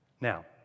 Now